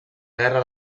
guerra